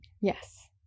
Yes